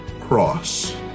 cross